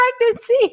pregnancy